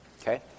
okay